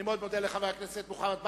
אני מאוד מודה לחבר הכנסת ברכה.